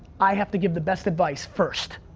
i have to give the best advice first.